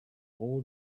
all